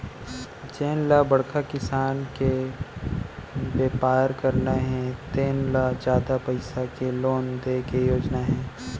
जेन ल बड़का किसम के बेपार करना हे तेन ल जादा पइसा के लोन दे के योजना हे